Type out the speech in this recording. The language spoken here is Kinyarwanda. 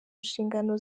nshingano